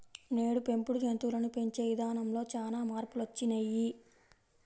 నేడు పెంపుడు జంతువులను పెంచే ఇదానంలో చానా మార్పులొచ్చినియ్యి